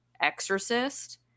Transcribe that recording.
Exorcist